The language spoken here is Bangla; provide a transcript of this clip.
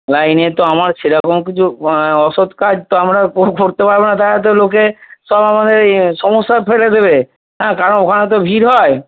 না এই নিয়ে তো আমার সে রকম কিছু অসৎ কাজ তো আমরা করতে পারব না তাহলে তো লোকে সব আমাদের সমস্যায় ফেলে দেবে হ্যাঁ কারণ ওখানে তো ভিড় হয়